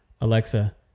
alexa